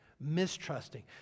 mistrusting